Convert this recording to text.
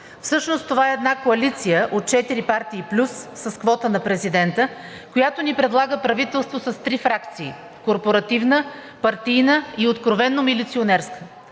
Всъщност това е една коалиция от четири партии плюс квота на президента, която ни предлага правителство с три фракции – корпоративна, партийна и откровено милиционерска.